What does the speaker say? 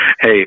hey